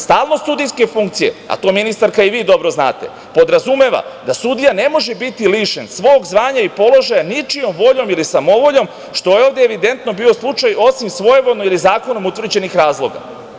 Stalnost sudijske funkcije, a to ministarka i vi to dobro znate, podrazumeva da sudija ne može biti lišen svog zvanja i položaja ničijom voljom ili samovoljom što je ovde evidentno bio slučaj, osim svojevoljno ili zakonom utvrđenih razloga.